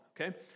Okay